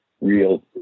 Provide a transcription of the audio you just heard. real